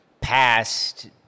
past